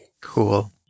Cool